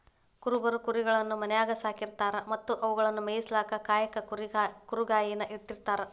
ಕುರುಬರು ಕುರಿಗಳನ್ನ ಮನ್ಯಾಗ್ ಸಾಕಿರತಾರ ಮತ್ತ ಅವುಗಳನ್ನ ಮೇಯಿಸಾಕ ಕಾಯಕ ಕುರಿಗಾಹಿ ನ ಇಟ್ಟಿರ್ತಾರ